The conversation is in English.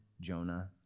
Jonah